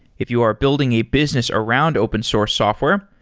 if you are building a business around open source software,